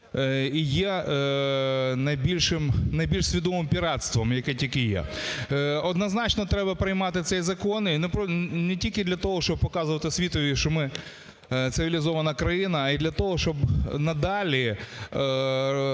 і є найбільш свідомим піратством, яке тільки є. Однозначно треба приймати цей закон і не тільки для того, щоб показувати світові, що ми – цивілізована країна, а й для того, щоб надалі розумілося,